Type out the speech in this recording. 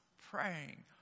praying